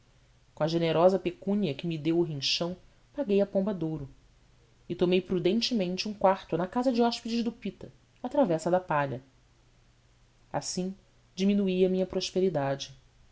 com a generosa pecúnia que me deu o rinchão paguei à pomba de ouro e tomei prudentemente um quarto na casa de hóspedes do pita à travessa da palha assim diminuía a minha prosperidade